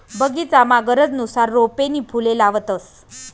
बगीचामा गरजनुसार रोपे नी फुले लावतंस